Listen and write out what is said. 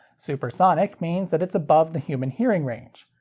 supersonic means that it's above the human hearing range.